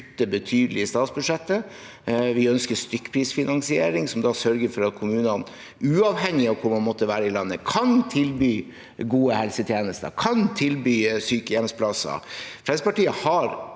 betydelig i statsbudsjettet. Vi ønsker stykkprisfinansiering, som da sørger for at kommunene, uavhengig av hvor man måtte være i landet, kan tilby gode helsetjenester og kan tilby sykehjemsplasser. Fremskrittspartiet har